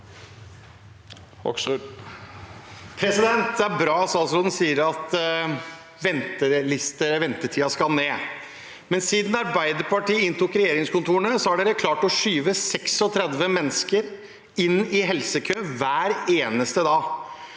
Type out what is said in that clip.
Det er bra at stats- råden sier at ventetidene skal ned, men siden Arbeiderpartiet inntok regjeringskontorene, har de klart å skyve 36 mennesker inn i helsekø hver eneste dag.